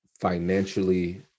financially